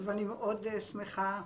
ואני מאוד שמחה.